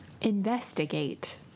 Investigate